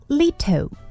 little